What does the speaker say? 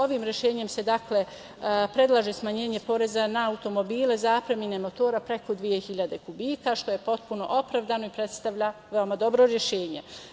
Ovim rešenjem se predlaže smanjenje poreza na automobile, zapremine motora preko dve hiljade kubika, što je potpuno opravdano i predstavlja veoma dobro rešenje.